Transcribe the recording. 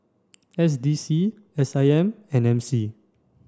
S D C S I M and M C